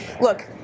look